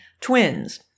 twins